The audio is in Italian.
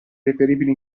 reperibili